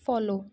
follow